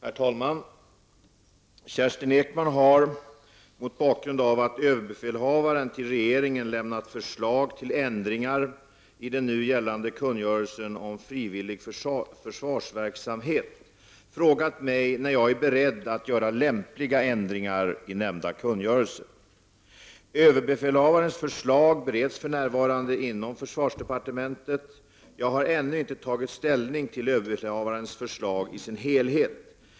Herr talman! Kerstin Ekman har, mot bakgrund av att överbefälhavaren till regeringen lämnat förslag till ändringar i den nu gällande kungörelsen om frivillig försvarsverksamhet, frågat mig när jag är beredd att göra lämpliga ändringar i nämnda kungörelse. Överbefälhavarens förslag bereds för närvarande inom försvarsdepartementet. Jag har ännu inte tagit ställning till överbefälhavarens förslag i sin helhet.